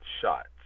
shots